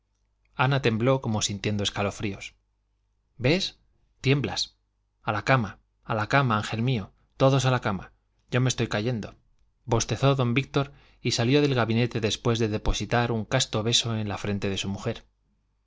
ana tembló como sintiendo escalofríos ves tiemblas a la cama a la cama ángel mío todos a la cama yo me estoy cayendo bostezó don víctor y salió del gabinete después de depositar un casto beso en la frente de su mujer